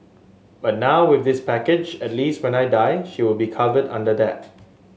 but now with this package at least when I die she will be covered under that